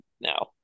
Now